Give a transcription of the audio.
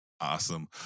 Awesome